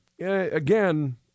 again